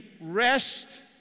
rest